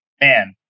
Man